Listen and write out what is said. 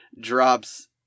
drops